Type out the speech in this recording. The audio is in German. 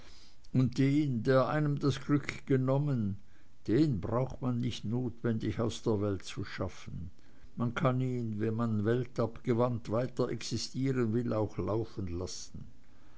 und den der einem das glück genommen hat den braucht man nicht notwendig aus der welt zu schaffen man kann ihn wenn man weltabgewandt weiterexistieren will auch laufen lassen